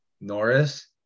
Norris